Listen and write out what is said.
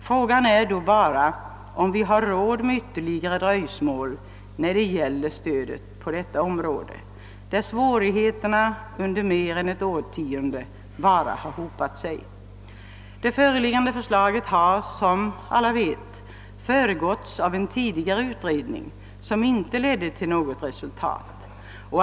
Frågan är då bara om vi har råd med ytterligare dröjsmål när det gäller stödet på detta område, där svårigheterna under mer än ett årtionde bara har hopat sig. Det föreliggande förslaget har föregåtts av en tidigare utredning som inte ledde till något resultat.